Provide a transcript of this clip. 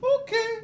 Okay